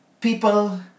people